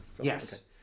Yes